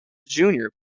junior